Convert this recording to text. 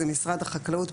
זה משרד החקלאות.